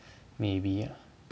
maybe ya